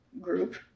group